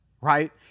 right